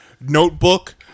notebook